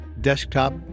desktop